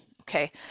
Okay